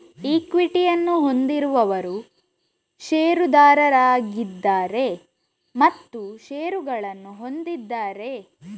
ಈಕ್ವಿಟಿಯನ್ನು ಹೊಂದಿರುವವರು ಷೇರುದಾರರಾಗಿದ್ದಾರೆ ಮತ್ತು ಷೇರುಗಳನ್ನು ಹೊಂದಿದ್ದಾರೆ